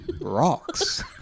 rocks